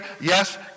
yes